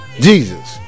Jesus